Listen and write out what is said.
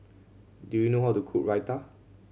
do you know how to cook Raita